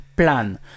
Plan